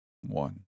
One